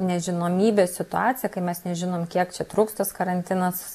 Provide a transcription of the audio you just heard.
nežinomybės situacija kai mes nežinom kiek čia truks tas karantinas